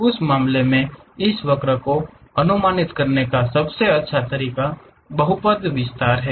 उस मामले में इस वक्र को अनुमानित करने का सबसे अच्छा तरीका बहुपद विस्तार है